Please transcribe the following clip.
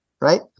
right